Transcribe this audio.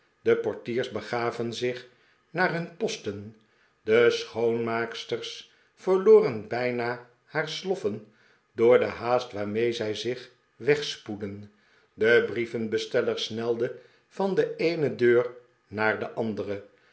de por tiers begaven zich naar hun posten de schoonmaaksters verloren bijna haar sloffen door de haast waarmee zij zich wegspoedden de brievenbesteller snelde van de eene deur naar de andere